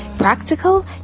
Practical